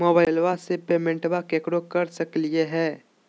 मोबाइलबा से पेमेंटबा केकरो कर सकलिए है?